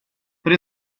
but